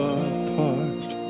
apart